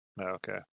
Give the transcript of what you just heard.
Okay